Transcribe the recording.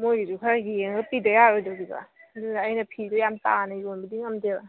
ꯃꯣꯏꯒꯤꯁꯨ ꯈꯔ ꯌꯦꯡꯉ ꯄꯤꯗ ꯌꯥꯔꯣꯏꯗꯧꯔꯤꯕ ꯑꯗꯨꯅ ꯑꯩꯅ ꯐꯤꯗꯣ ꯌꯥꯝ ꯇꯥꯅ ꯌꯣꯟꯕꯗꯤ ꯉꯝꯗꯦꯕ